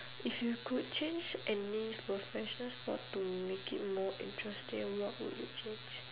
if you could change any professional sport to make it more interesting what would you change